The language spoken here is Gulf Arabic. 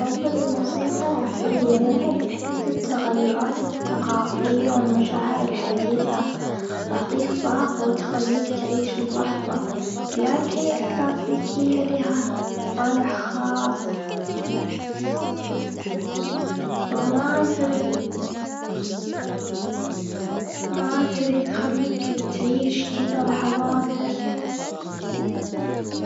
أفضل الموسيقى العصرية. لإنها تحكي قصة التغيرات الثقافية والمشاعر الحديثة، تعطيك طاقة وتخليك تعيش اللحظة. لكن الكلاسيكية لها طالع خاص. فما أدري ما أدري تخليك تعيش كذا لحظات. لكن